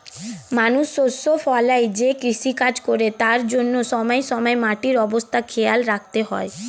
মানুষ শস্য ফলায় যে কৃষিকাজ করে তার জন্যে সময়ে সময়ে মাটির অবস্থা খেয়াল রাখতে হয়